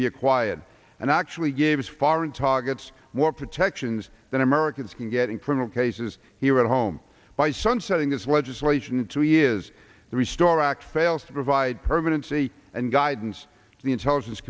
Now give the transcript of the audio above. be acquired and actually gave us foreign targets more protections than americans can get in criminal cases here at home by sunsetting this legislation to you is the restore act fails to provide permanency and guidance to the intelligence